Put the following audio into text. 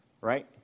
right